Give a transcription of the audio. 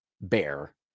bear